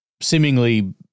seemingly